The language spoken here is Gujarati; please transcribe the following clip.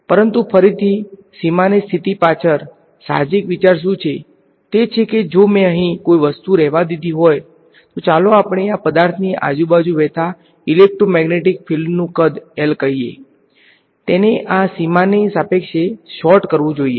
પરંતુ ફરીથી સીમાની સ્થિતિ પાછળ સાહજિક વિચાર શું છે તે છે કે જો મે અહીં કોઈ વસ્તુ રહેવા દીધી હોય તો ચાલો આપણે આ પદાર્થની આજુબાજુ વહેતા ઇલેક્ટ્રોમેગ્નેટિક ફીલ્ડનું કદ L કહીએ તેને આ સીમાની સાપેક્ષે સોર્ટ કરવુ જોઇએ